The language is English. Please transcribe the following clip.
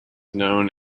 known